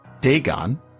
Dagon